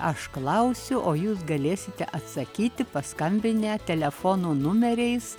aš klausiu o jūs galėsite atsakyti paskambinę telefono numeriais